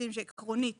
שמחליטים שעקרונית